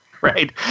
Right